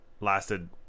lasted